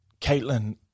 Caitlin